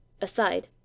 aside